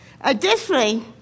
Additionally